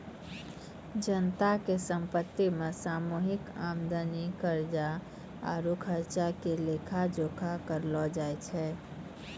जनता के संपत्ति मे सामूहिक आमदनी, कर्जा आरु खर्चा के लेखा जोखा करलो जाय छै